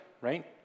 right